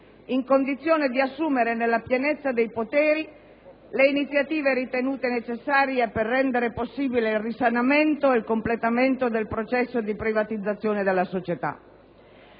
«in condizione di assumere, nella pienezza dei poteri, le iniziative ritenute necessarie per rendere possibile il risanamento e il completamento del processo di privatizzazione della società».